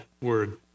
word